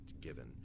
Given